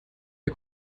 der